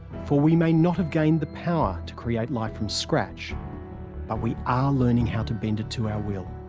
for we may not have gained the power to create life from scratch, but we are learning how to bend it to our will.